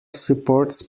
supports